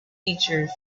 features